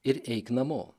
ir eik namo